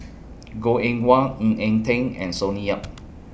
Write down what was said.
Goh Eng Wah Ng Eng Teng and Sonny Yap